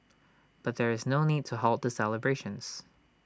but there is no need to halt the celebrations